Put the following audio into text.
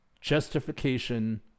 justification